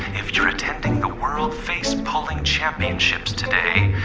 if you're attending the world face pulling championships today,